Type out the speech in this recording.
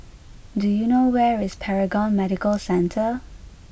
do you know where is Paragon Medical Centre